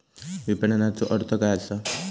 विपणनचो अर्थ काय असा?